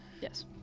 Yes